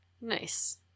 Nice